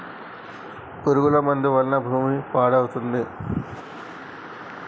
పురుగుల మందు వల్ల భూమి పాడవుతుంది